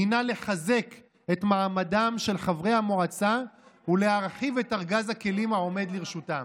היא לחזק את מעמדם של חברי המועצה ולהרחיב את ארגז הכלים העומד לרשותם.